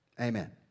Amen